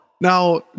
Now